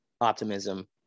optimism